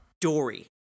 Dory